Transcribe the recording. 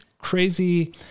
crazy